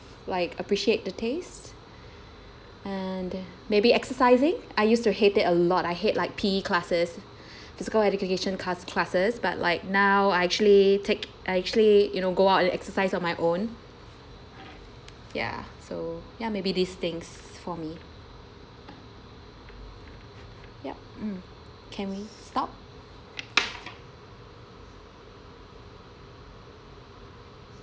like appreciate the taste and maybe exercising I used to hate it a lot I hate like P_E classes physical education classes but like now I actually take I actually you know go out and exercise on my own ya so ya maybe these things for me yup um can we stop